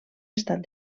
estat